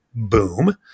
boom